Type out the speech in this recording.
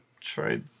try